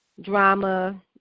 drama